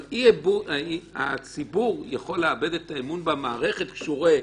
אבל הציבור יכול לאבד את האמון במערכת כשהוא רואה,